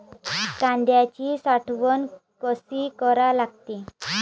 कांद्याची साठवन कसी करा लागते?